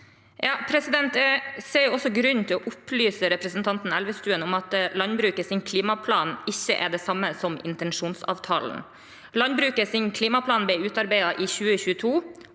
Jeg ser grunn til å opplyse representanten Elvestuen om at landbrukets klimaplan ikke er det samme som intensjonsavtalen. Landbrukets klimaplan ble utarbeidet i 2022,